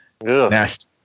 Nasty